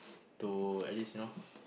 to at least you know